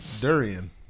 Durian